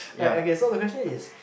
like okay so the question is